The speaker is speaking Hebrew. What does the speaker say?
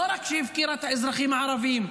לא רק שהפקירה את האזרחים הערבים,